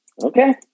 Okay